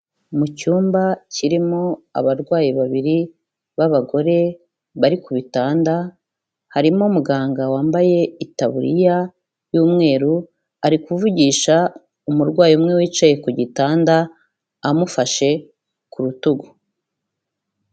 Mu cyumba kirimo abarwayi babiri b'abagore bari ku bitanda, harimo muganga wambaye itaburiya y'umweru, ari kuvugisha umurwayi umwe wicaye ku gitanda amufashe ku rutugu.